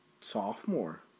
Sophomore